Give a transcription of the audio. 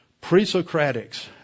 Pre-Socratics